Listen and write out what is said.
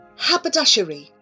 Haberdashery